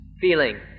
feeling